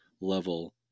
level